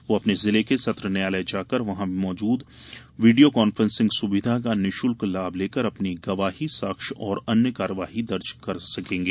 वे अपने जिले के सत्र न्यायलय जाकर वहाँ मौजूद वीडिओ काफ्रेंसिग सुविधा का निःशुल्क लाभ लेकर अपनी गवाही साक्ष्य एवं अन्य कार्यवाही दर्ज करा सकेंगे